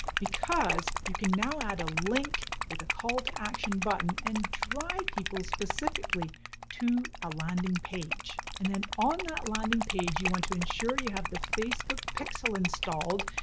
because you can now add a link with a call to action button and drive people specifically to a landing page. and then on that landing page, you want to ensure you have the facebook pixel installed,